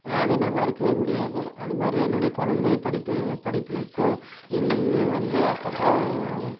அதை நான் மறுக்கவே முடியாது அது மாதிரி என்னுடைய குழந்தை படிப்பில் படிப்புகளுக்கும் இந் வந்து அப்பப்போ